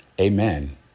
Amen